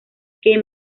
que